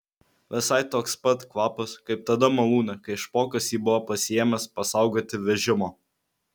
visai toks pat kvapas kaip tada malūne kai špokas jį buvo pasiėmęs pasaugoti vežimo